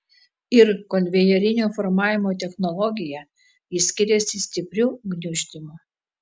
ir konvejerinio formavimo technologija ji skiriasi stipriu gniuždymu